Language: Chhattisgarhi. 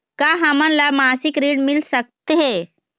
का हमन ला मासिक ऋण मिल सकथे?